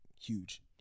huge